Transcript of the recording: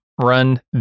run